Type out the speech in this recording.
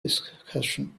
discussion